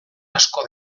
asko